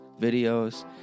videos